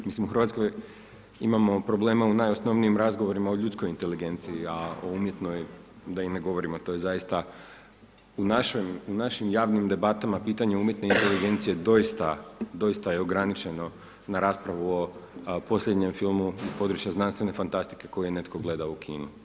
U Hrvatskoj imamo problema u najosnovnijim razgovorima o ljudskoj inteligenciji, a o umjetnoj da i ne govorimo, to je zaista, u našim javnim debatama, pitanje umjetne inteligencije, doista je ograničeno na raspravu o posljednjem filmu iz područja znanstvene fantastike tko je netko gledao u kinu.